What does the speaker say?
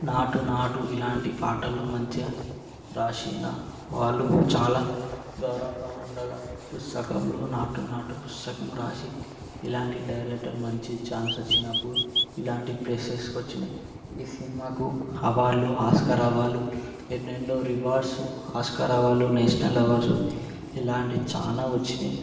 నాటు నాటు ఇలాంటి పాటలు మంచిగా వ్రాసిన వాళ్ళు చాలా గౌరవంగా ఉండాలని సగంలో నాటు నాటు సగం వ్రాసి ఇలాంటి డైరెక్టర్ మంచి చాన్స్ వచ్చినప్పుడు ఇలాంటి ప్లేసెస్కి వచ్చినాయి ఈ సినిమాకు అవార్డు ఆస్కార్ అవార్డు ఎన్నెన్నో రివార్డ్స్ ఆస్కార్ అవాలు నేషనల్ అవార్డ్సు ఇలాంటివి చాలా వచ్చినాయి